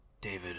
David